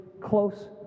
close